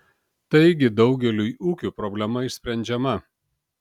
taigi daugeliui ūkių problema išsprendžiama